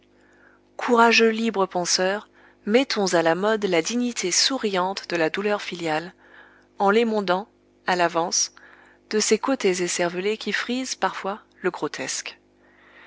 courageux libres penseurs mettons à la mode la dignité souriante de la douleur filiale en l'émondant à l'avance de ses côtés écervelés qui frisent parfois le grotesque